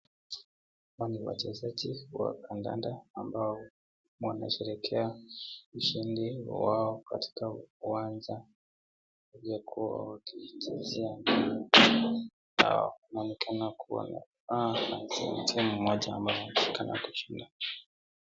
Hawa ni wachezaji wa kandanda wanosherekea ushindi wao katika uwanja walikuwa wakichezea na Kuna timu moja inavyoonekana itashinda.